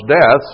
death